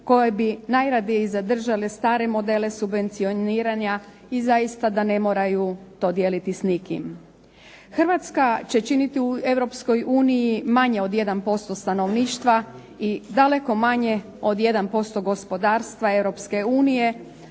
koje bi najradije i zadržale stare modele subvencioniranja i zaista da ne moraju to dijeliti s nikim. Hrvatska će činiti Europskoj uniji manje od 1% stanovništva i daleko manje od 1% gospodarstva